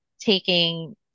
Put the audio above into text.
taking